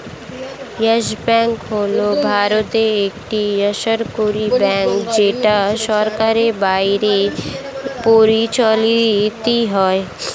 yes Bank হল ভারতের একটি বেসরকারী ব্যাঙ্ক যেটা সরকারের বাইরে পরিচালিত হয়